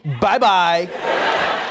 Bye-bye